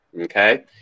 Okay